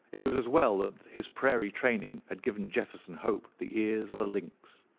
it was as well his prairie training had given jefferson hope the ears of a lynx.